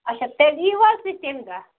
اَچھا تیٚلہِ یِیٖوا حظ تُہۍ تمہِ دۄہ